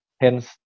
Hence